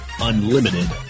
unlimited